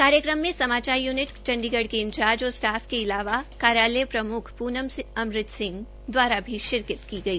कार्यक्रम में समाचार यूनिट के इंचार्ज और स्टाफ के अलावा कार्यालय प्रमुख पूनम अमृता सिंह द्वारा भी शिरकत की गई